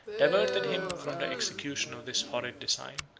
diverted him from the execution of this horrid design.